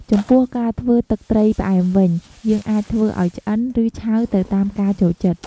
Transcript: ចំពោះការធ្វើទឹកត្រីផ្អែមវិញ យើងអាចធ្វើឱ្យឆ្អិន ឬឆៅទៅតាមការចូលចិត្ត។